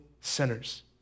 sinners